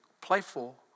playful